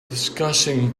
discussing